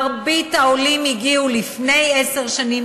מרבית העולים הגיעו לפני עשר שנים,